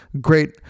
Great